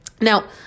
Now